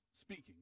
speaking